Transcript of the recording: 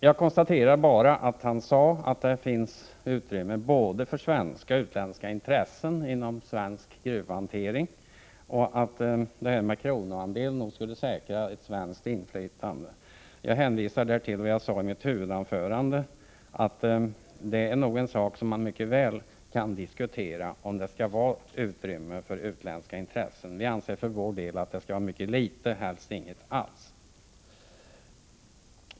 Karl-Erik Häll anförde att det finns utrymme för både svenska och utländska intressen inom svensk gruvhantering samt att kronoandelsinstitutet nog skulle säkra ett svenskt inflytande. Jag hänvisar till vad jag framhöll i mitt huvudanförande, nämligen att det mycket väl kan diskuteras om det skall finnas utrymme för utländska intressen. Vi anser för vår del att detta utrymme skall vara mycket litet, helst inget alls.